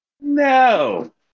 No